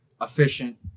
efficient